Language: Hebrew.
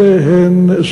אלה הם,